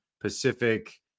Pacific